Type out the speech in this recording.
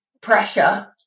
pressure